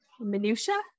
minutia